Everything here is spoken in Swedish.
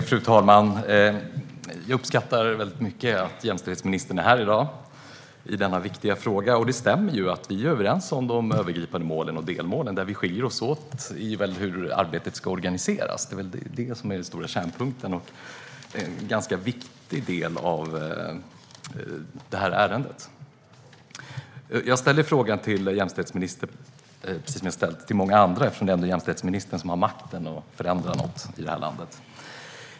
Fru talman! Jag uppskattar mycket att jämställdhetsministern är här i dag för att debattera denna viktiga fråga. Det stämmer att vi är överens om de övergripande målen och om delmålen. Det är i hur arbetet ska organiseras som vi skiljer oss åt, och det är den stora kärnpunkten. Det är också en ganska viktig del av ärendet. Jag ställer samma fråga till jämställdhetsministern som jag har ställt till många andra, för det är ändå jämställdhetsministern som har makten att förändra något i vårt land.